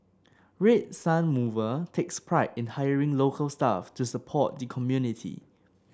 Red Sun Mover takes pride in hiring local staff to support the community